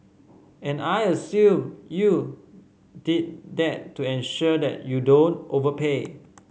and I assume you did that to ensure that you don't overpay